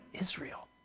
Israel